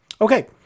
Okay